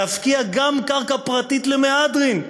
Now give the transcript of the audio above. להפקיע גם קרקע פרטית למהדרין,